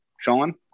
Sean